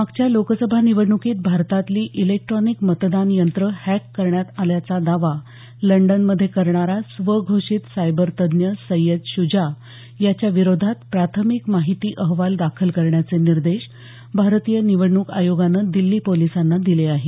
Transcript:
मागच्या लोकसभा निवडण्कीत भारतातली इलेक्ट्रॉनिक मतदान यंत्रं हॅक करण्यात आल्याचा दावा लंडनमध्ये करणारा स्वघोषित सायबर तज्ज्ञ सैयद शूजा याच्या विरोधात प्राथमिक माहिती अहवाल दाखल करण्याचे निर्देश भारतीय निवडण्क आयोगानं दिल्ली पोलिसांना दिले आहेत